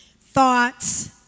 thoughts